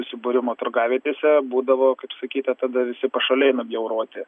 susibūrimo turgavietėse būdavo kaip sakyti tada visi pašaliai nubjauroti